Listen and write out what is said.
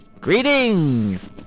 Greetings